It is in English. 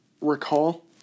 recall